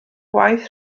gwaith